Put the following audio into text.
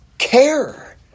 Care